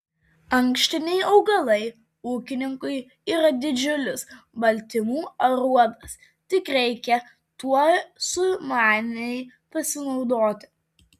ankštiniai augalai ūkininkui yra didžiulis baltymų aruodas tik reikia tuo sumaniai pasinaudoti